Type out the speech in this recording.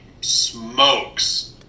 smokes